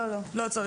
לא, לא.